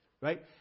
right